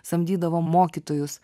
samdydavo mokytojus